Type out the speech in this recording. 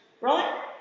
right